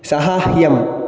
साहाय्यम्